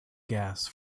gas